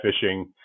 fishing